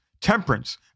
temperance